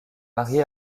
mariée